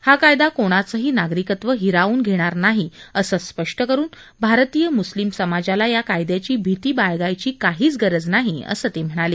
हा कायदा कोणाचंही नागरिकत्व हिरावून घेणार नाही असं स्पष्ट करून भारतीय मुस्लीम समाजाला या कायद्याची भिती बाळगायची काहीच गरज नाही असं ते म्हणाले